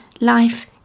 life